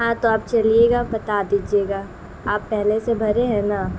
ہاں تو آپ چلیے گا بتا دیجیے گا آپ پہلے سے بھرے ہیں نا